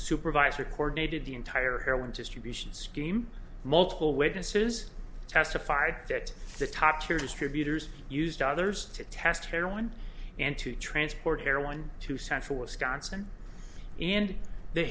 supervisor coordinated the entire heroin distribution scheme multiple witnesses testified that the top tier distributors used others to test heroin and to transport heroin to central wisconsin and the